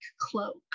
cloak